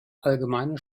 allgemeine